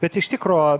bet iš tikro